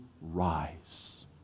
rise